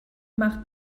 macht